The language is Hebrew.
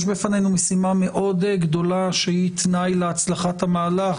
יש בפנינו משימה גדולה מאוד שהיא תנאי להצלחת המהלך,